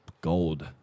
gold